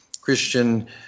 Christian